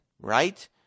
right